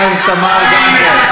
תודה רבה, חברת הכנסת תמר זנדברג.